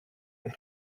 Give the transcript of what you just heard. that